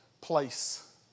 place